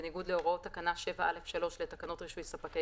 בניגוד להוראות תקנה 7(א)(3) לתקנות רישוי ספקי